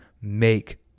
make